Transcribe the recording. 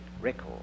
record